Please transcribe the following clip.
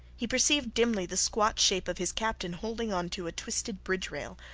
he perceived dimly the squat shape of his captain holding on to a twisted bridge-rail,